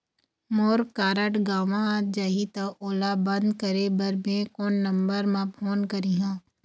मोर card गंवा जाही त ओला बंद करें बर मैं कोन नंबर म फोन करिह?